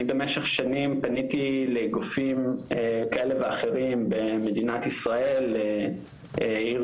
אני במשך שנים פניתי לגופים כאלה ואחרים במדינת ישראל ארגונים,